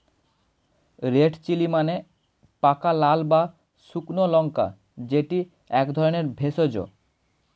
red chilli মানে পাকা লাল বা শুকনো লঙ্কা যেটি এক ধরণের ভেষজ